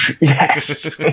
Yes